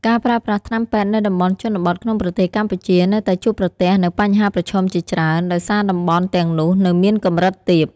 ការប្រើប្រាស់ថ្នាំពេទ្យនៅតំបន់ជនបទក្នុងប្រទេសកម្ពុជា នៅតែជួបប្រទះនូវបញ្ហាប្រឈមជាច្រើន ដោយសារតំបន់ទាំងនោះនៅមានកម្រិតទាប។